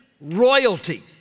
royalty